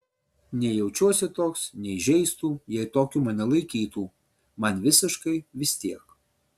nei jaučiuosi toks nei žeistų jei tokiu mane laikytų man visiškai vis tiek